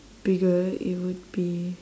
bigger it would be